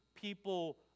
people